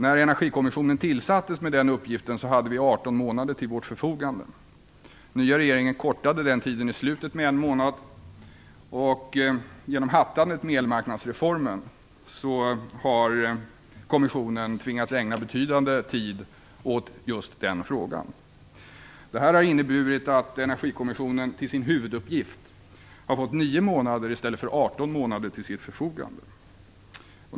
När Energikommissionen tillsattes med den uppgiften hade vi 18 månader till vårt förfogande. Den nya regeringen förkortade den tiden i slutet med en månad, och genom hattandet med elmarknadsreformen har kommissionen tvingats ägna betydande tid åt just den frågan. Detta har inneburit att Energikommissionen till sin huvuduppgift har fått 9 månader i stället för 18 månader till sitt förfogande.